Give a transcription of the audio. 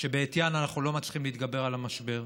שבעטיין אנחנו לא מצליחים להתגבר על המשבר.